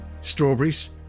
strawberries